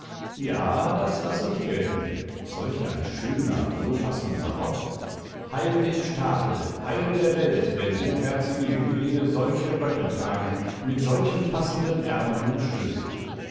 ja das lasse ich gelten solch ein schöner wohlpassender rock heil dem staate heil der welt wenn hochherzige jünglinge solche röcke tragen mit solchen passenden ärmeln und schößen